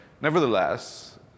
nevertheless